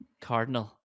Cardinal